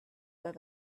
where